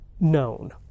known